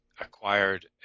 acquired